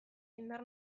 indar